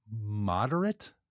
moderate